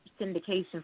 syndication